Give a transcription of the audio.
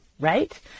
right